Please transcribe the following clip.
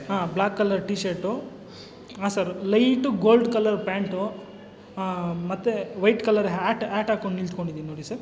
ಹಾಂ black colour T shirt ಹಾಂ sir light gold colour pant ಹಾಂ ಮತ್ತೆ ವೈಟ್ ಕಲರ್ ಹ್ಯಾಟ್ ಹ್ಯಾಟ್ ಹಾಕ್ಕೊಂಡು ನಿಂತ್ಕೋಡಿದ್ದೀನಿ ನೋಡಿ ಸರ್